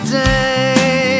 day